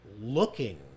looking